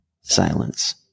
silence